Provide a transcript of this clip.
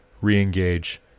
re-engage